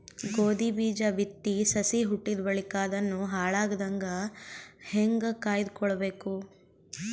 ಗೋಧಿ ಬೀಜ ಬಿತ್ತಿ ಸಸಿ ಹುಟ್ಟಿದ ಬಳಿಕ ಅದನ್ನು ಹಾಳಾಗದಂಗ ಹೇಂಗ ಕಾಯ್ದುಕೊಳಬೇಕು?